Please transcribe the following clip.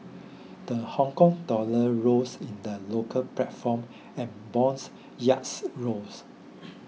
the Hong Kong dollar rose in the local platform and bonds yields rose